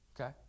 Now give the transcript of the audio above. Okay